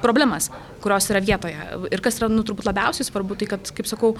problemas kurios yra vietoje ir kas yra nu turbūt labiausiai svarbu tai kad kaip sakau